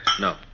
No